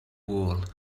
world